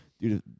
Dude